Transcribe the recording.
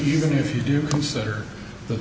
even if you do consider the